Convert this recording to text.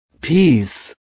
peace